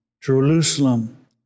Jerusalem